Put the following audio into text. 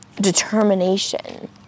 determination